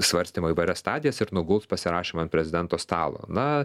svarstymo įvairias stadijas ir nuguls pasirašymui ant prezidento stalo na